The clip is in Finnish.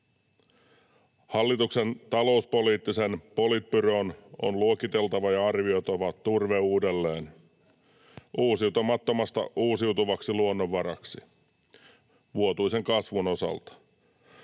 Hallituksen talouspoliittisen politbyroon on luokiteltava ja arvioitava turve uudelleen uusiutumattomasta uusiutuvaksi luonnonvaraksi vuotuisen kasvun osalta.